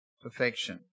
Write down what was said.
perfection